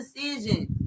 decision